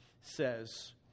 says